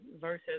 versus